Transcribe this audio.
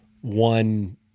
one